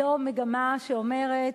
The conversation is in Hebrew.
זאת מגמה שאומרת: